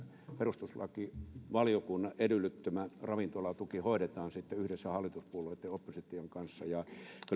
perustuslakivaliokunnan edellyttämä ravintolatuki hoidetaan yhdessä hallituspuolueitten ja opposition kanssa kyllähän nämä